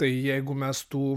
tai jeigu mes tų